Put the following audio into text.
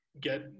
get